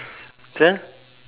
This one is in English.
!huh!